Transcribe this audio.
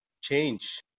change